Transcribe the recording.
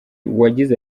uwagize